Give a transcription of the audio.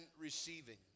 receiving